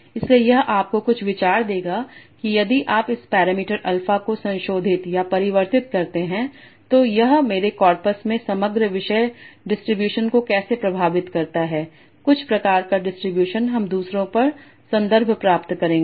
इसलिए यह आपको कुछ विचार देगा कि यदि आप इस पैरामीटर अल्फा को संशोधित या परिवर्तित करते हैं तो यह मेरे कॉर्पस में समग्र विषय डिस्ट्रीब्यूशन को कैसे प्रभावित करता है कुछ प्रकार का डिस्ट्रीब्यूशन हम दूसरों पर संदर्भ प्राप्त करेंगे